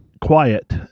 quiet